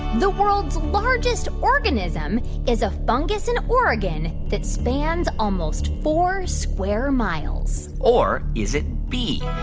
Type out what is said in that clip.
the world's largest organism is a fungus in oregon that spans almost four square miles? or is it b,